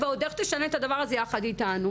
היא ועוד איך תשנה את הדבר הזה יחד איתנו.